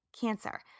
cancer